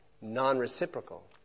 non-reciprocal